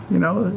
you know?